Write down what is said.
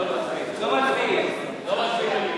לא מצביעים.